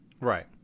Right